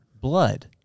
blood